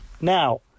Now